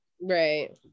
Right